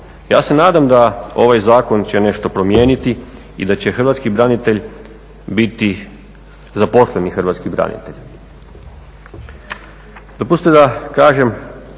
Ja se nadam da ovaj zakon će nešto promijeniti i da će hrvatski branitelj biti zaposleni hrvatski branitelj. Dopustite da kažem